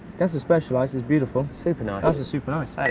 that's a specialised, it's beautiful. super nice. that's a super nice.